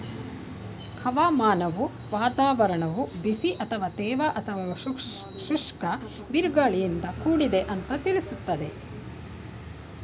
ಹವಾಮಾನವು ವಾತಾವರಣವು ಬಿಸಿ ಅಥವಾ ತೇವ ಅಥವಾ ಶುಷ್ಕ ಬಿರುಗಾಳಿಯಿಂದ ಕೂಡಿದೆ ಅಂತ ತಿಳಿಸ್ತದೆ